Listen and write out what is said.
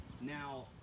Now